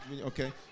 okay